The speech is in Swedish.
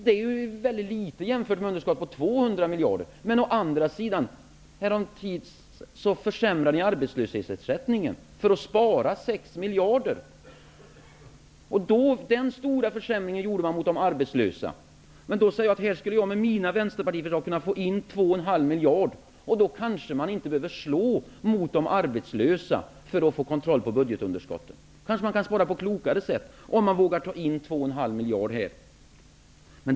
Det är naturligtvis väldigt litet jämfört med ett underskott på 200 miljarder, men å andra sidan försämrade ni häromdagen arbetslöshetsersättningen för att spara 6 miljarder! Den stora försämringen åsamkade ni de arbetslösa. Men här skulle jag med mina Vänsterpartiförslag kunna få in ungefär 2,5 miljarder. Då kanske man inte skulle behöva slå mot de arbetslösa för att få kontroll över budgetunderskottet. Man kanske kan spara på ett klokare sätt om man vågar ta in ca 2,5 miljarder här.